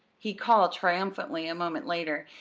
he called triumphantly a moment later,